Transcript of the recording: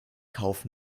kauf